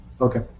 Okay